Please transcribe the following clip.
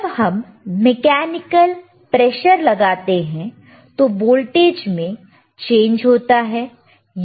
जब हम mechanical pressure लगाते हैं तो वोल्टेज में चेंज होता है